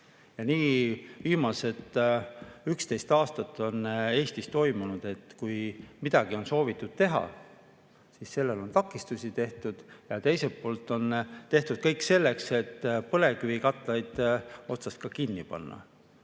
rajada. Viimased 11 aastat on Eestis toimunud see, et kui midagi on soovitud teha, siis sellele on takistusi tehtud, ja teiselt poolt on tehtud kõik selleks, et põlevkivikatlaid otsast kinni panna. Kui